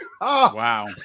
wow